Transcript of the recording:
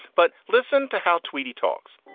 but listen to how tweedy talks